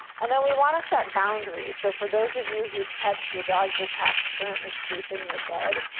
and then we wanna set boundaries. so for those of you whose pets, your dogs, your cats currently sleep in your bed,